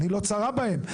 עיני לא צרה בהם,